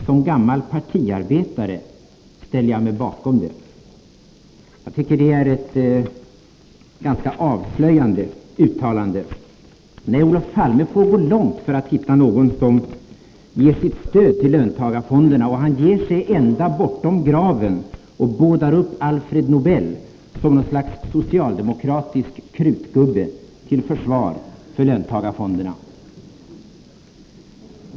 Som gammal partiarbetare ställer jag mig bakom det.” Jag tycker att det är ett ganska avslöjande uttalande. Nej, Olof Palme får gå långt för att hitta någon som ger sitt stöd till löntagarfonderna, och han ger sig ända bortom graven och bådar upp Alfred Nobel som något slags socialdemokratisk krutgubbe till försvar för löntagarfonder.